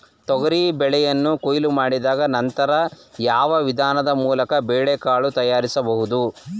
ತೊಗರಿ ಬೇಳೆಯನ್ನು ಕೊಯ್ಲು ಮಾಡಿದ ನಂತರ ಯಾವ ವಿಧಾನದ ಮೂಲಕ ಬೇಳೆಕಾಳು ತಯಾರಿಸಬಹುದು?